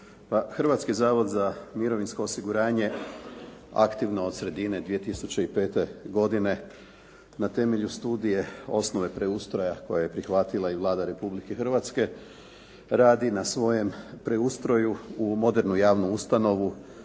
Hrvatski zavod za mirovinsko osiguranje aktivno od sredine 2005. godine na temelju studije, osnove preustroja koje je prihvatila i Vlada Republike Hrvatske radi na svojem preustroju u modernu javnu ustanovu